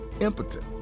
impotent